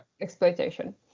exploitation